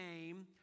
name